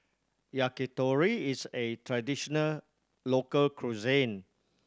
yakitori is A traditional local cuisine